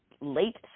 late